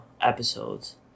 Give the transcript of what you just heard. episodes